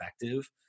effective